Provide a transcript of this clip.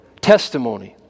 Testimony